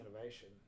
innovation